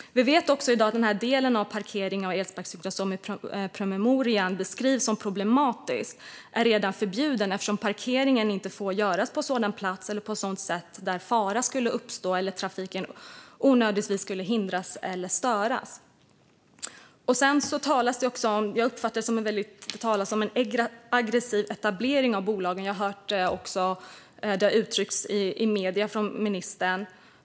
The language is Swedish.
Vi vet också att sådan parkering av elsparkcyklar som beskrivs som problematisk i promemorian redan är förbjuden, eftersom parkering inte får ske på en sådan plats eller på ett sådant sätt att fara skulle uppstå eller trafiken onödigtvis skulle hindras eller störas. Det talas om en aggressiv etablering av bolagen. Jag har även hört ministern uttrycka det på det sättet i medierna.